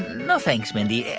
no thanks, mindy.